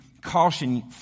caution